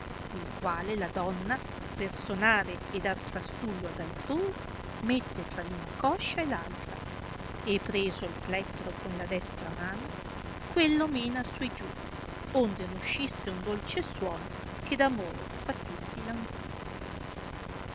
il quale la donna per sonare e dar trastullo ad altrui mette tra l'una coscia e l'altra e preso il plettro con la destra mano quello mena su e giù onde ne uscisse un dolce suono che d'amore fa tutti languire